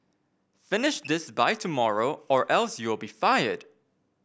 finish this by tomorrow or else you'll be fired